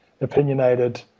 opinionated